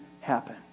happen